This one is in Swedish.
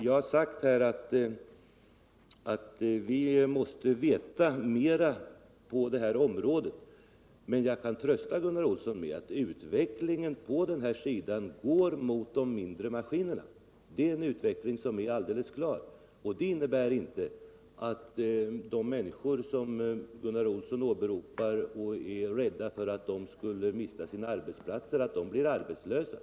Jag har sagt att vi måste veta mera på det här området, men jag kan trösta Gunnar Olsson med att utvecklingen går mot mindre maskiner. Det är en utveckling som är alldeles klar. Det innebär inte att de människor som Gunnar Olsson åberopar och som han menar är rädda för att mista sina arbeten kommer att bli arbetslösa.